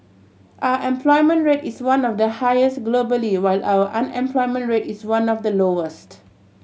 our employment rate is one of the highest globally while our unemployment rate is one of the lowest